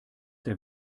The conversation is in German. der